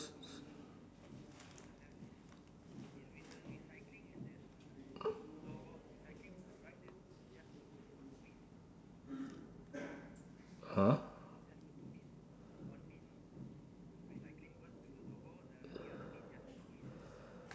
!huh!